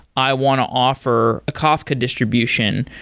i want to offer a kafka distribution.